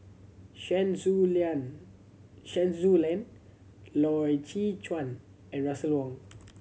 Chen Su Chen Su Lan Loy Chye Chuan and Russel Wong